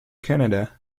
canada